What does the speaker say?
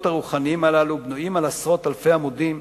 הרוחניים הללו בנויים על עשרות אלפי עמודים,